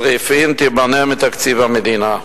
צריפין תיבנה מתקציב המדינה.